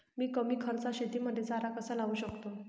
मी कमी खर्चात शेतीमध्ये चारा कसा लावू शकतो?